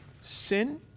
sin